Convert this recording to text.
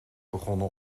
begonnen